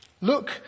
Look